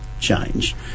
change